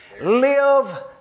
Live